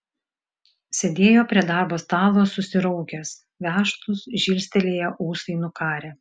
sėdėjo prie darbo stalo susiraukęs vešlūs žilstelėję ūsai nukarę